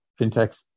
fintechs